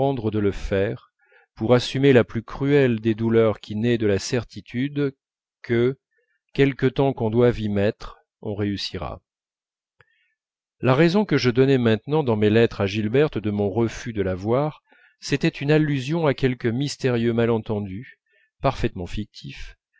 de le faire pour assumer la plus cruelle des douleurs qui naît de la certitude que quelque temps qu'on doive y mettre on réussira la raison que je donnais maintenant dans mes lettres à gilberte de mon refus de la voir c'était une allusion à quelque mystérieux malentendu parfaitement fictif